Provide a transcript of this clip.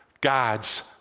God's